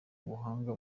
ubuhanga